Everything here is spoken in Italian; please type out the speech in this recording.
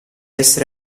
essere